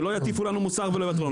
שלא יטיפו לנו מוסר ולא ייוותרו לנו.